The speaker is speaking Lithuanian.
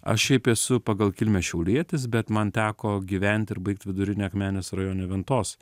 aš šiaip esu pagal kilmę šiaulietis bet man teko gyventi ir baigti vidurinę akmenės rajone ventos